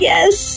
Yes